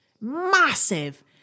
Massive